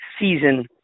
season